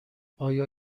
آیا